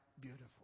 beautiful